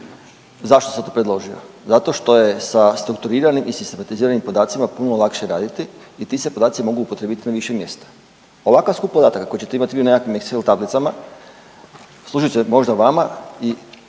zašto sam to predložio? Zato što je sa strukturiranim i sistematiziranim podacima puno lakše raditi i ti se podaci mogu upotrijebiti na više mjesta. Ovakav skup podataka koji ćete imati vi u nekakvim Excel tablicama služit će možda vama i